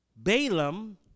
Balaam